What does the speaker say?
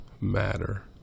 Matter